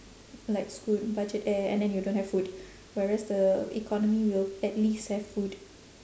like scoot budget air and then you don't have food whereas the economy will at least have food